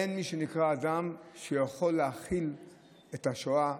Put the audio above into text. אין מי שנקרא אדם שיכול להכיל את השואה,